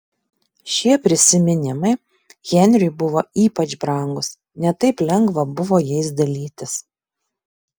šie prisiminimai henriui buvo ypač brangūs ne taip lengva buvo jais dalytis